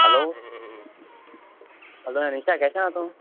अलो अलो एनिशा केशें आहा तूं